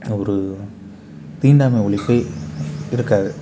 ஒரு தீண்டாமை ஒழிப்பே இருக்காது